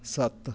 ਸੱਤ